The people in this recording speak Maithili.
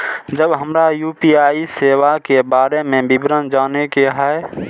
जब हमरा यू.पी.आई सेवा के बारे में विवरण जाने के हाय?